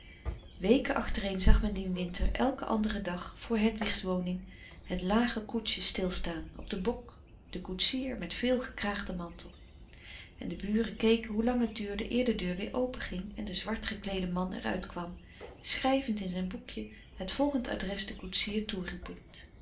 weken achtereen zag men dien winter elken anderen dag voor hedwigs woning het lage koetsje stilstaan op den bok de koetsier met veel gekraagden mantel frederik van eeden van de koele meren des doods en de buren keken hoe lang het duurde eer de deur weer open ging en de zwart gekleede man er uitkwam schrijvend in zijn boekje het volgend adres den koetsier toeroepend